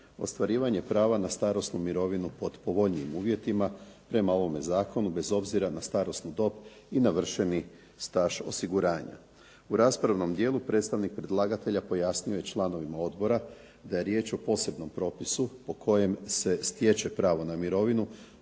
ostvarivanje prava na starosnu mirovinu pod povoljnijim uvjetima prema ovom zakonu, bez obzira na starosnu dob i navršeni staž osiguranja. U raspravnom dijelu predstavnik predlagatelja pojasnio je članovima odbora da je riječ o posebnom propisu po kojem se stječe pravo na mirovinu